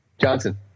Johnson